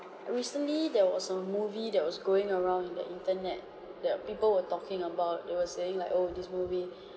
recently there was a movie that was going around in the internet that people were talking about they were saying like oh this movie